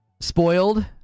Spoiled